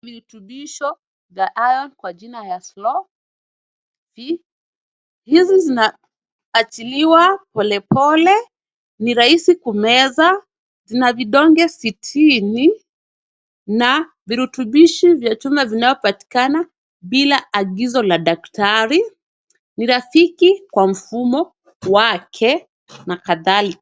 Virutubisho vya iron kwa jina ya Slow Fe. Hizi zinaachiliwa pole pole ni rahisi kumeza. Zina vidonge sitini na virutubIshi vya chuma vinavyopatikana bila agizo la daktari. Ni rafiki kwa mfumo wake na kadhalika.